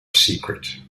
secret